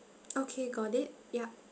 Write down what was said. okay got it yup